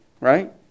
right